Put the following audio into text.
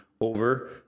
over